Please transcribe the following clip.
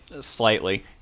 slightly